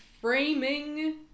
framing